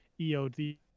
EOD